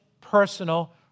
personal